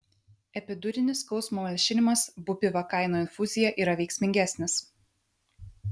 epidurinis skausmo malšinimas bupivakaino infuzija yra veiksmingesnis